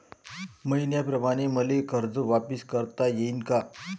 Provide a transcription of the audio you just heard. मईन्याप्रमाणं मले कर्ज वापिस करता येईन का?